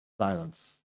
Silence